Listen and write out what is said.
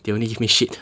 they only give me shit